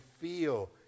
feel